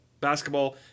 basketball